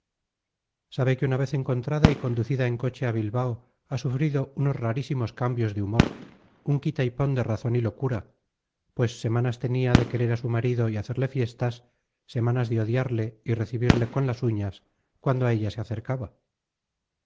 sabe que una vez encontrada y conducida en coche a bilbao ha sufrido unos rarísimos cambios de humor un quita y pon de razón y locura pues semanas tenía de querer a su marido y hacerle fiestas semanas de odiarle y recibirle con las uñas cuando a ella se acercaba